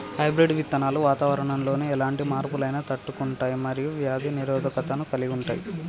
hybrid విత్తనాలు వాతావరణంలోని ఎలాంటి మార్పులనైనా తట్టుకుంటయ్ మరియు వ్యాధి నిరోధకతను కలిగుంటయ్